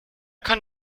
kann